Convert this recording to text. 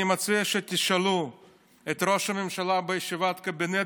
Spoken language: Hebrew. אני מציע שתשאלו את ראש הממשלה בישיבת קבינט,